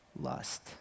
Lust